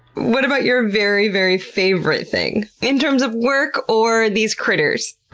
what about your very, very favorite thing in terms of work or these critters?